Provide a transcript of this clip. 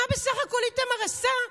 מה בסך הכול איתמר עשה?